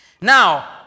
Now